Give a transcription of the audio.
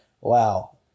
wow